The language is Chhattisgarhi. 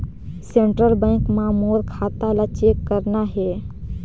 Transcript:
सेंट्रल बैंक मां मोर खाता ला चेक करना हे?